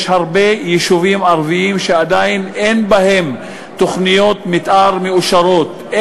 יש הרבה יישובים ערביים שעדיין אין בהם תוכניות מתאר מאושרות,